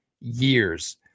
years